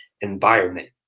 environment